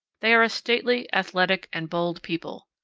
they are a stately, athletic, and bold people.